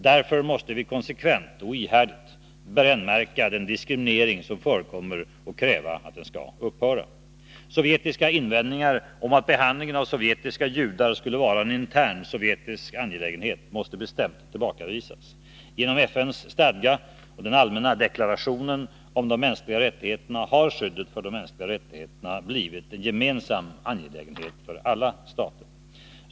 Därför måste vi konsekvent och ihärdigt brännmärka den diskriminering som förekommer och kräva att den skall upphöra. Sovjetiska invändningar om att behandlingen av sovjetiska judar skulle vara en intern sovjetisk angelägenhet måste bestämt tillbakavisas. Genom FN:s stadga och den allmänna deklarationen om de mänskliga rättigheterna har skyddet för de mänskliga rättigheterna blivit en gemensam angelägenhet för alla stater.